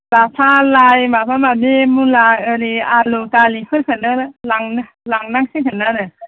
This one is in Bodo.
लाफा लाइ माबा माबि मुला ओरै आलु दालिफोरखौनो लांनो लांनांसिगोन आरो